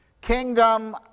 Kingdom